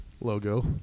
logo